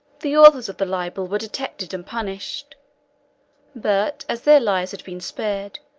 the authors of the libel were detected and punished but as their lives had been spared,